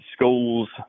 schools